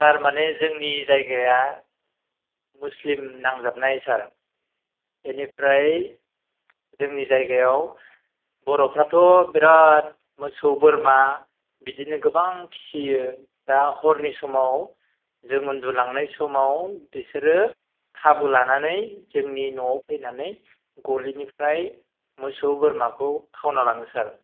सार माने जोंनि जायगाया मुस्लिम नांजाबनाय सार बेनिफ्राय जोंनि जायगायाव बर'फ्राथ' बिराद मोसौ बोरमा बिदिनो गोबां फिसियो दा हरनि समाव जों उन्दुलांनाय समाव बिसोरो खाबु लानानै जोंनि न'आव फैनानै गलिनिफ्राय मोसौ बोरमाखौ खावना लाङो सार